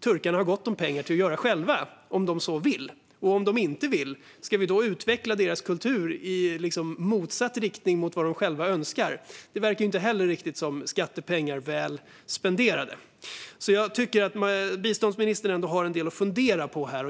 turkarna gott om pengar för att göra själva om de så vill. Och om de inte vill, ska vi då utveckla deras kultur i motsatt riktning mot vad de själva önskar? Det verkar inte heller riktigt som väl spenderade skattepengar. Jag tycker att biståndsministern ändå har en del att fundera på.